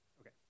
Okay